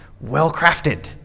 well-crafted